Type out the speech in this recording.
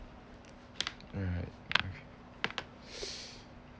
alright